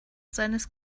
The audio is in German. seines